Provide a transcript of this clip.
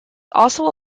also